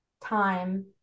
time